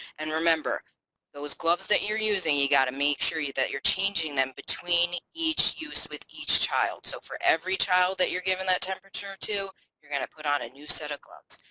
and remember those gloves that you're using you got to make sure you that you're changing them between each use with each child so for every child that you're giving that temperature to you're gonna put on a new set of gloves.